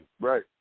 Right